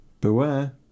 Beware